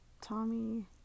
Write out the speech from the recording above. Tommy